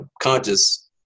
conscious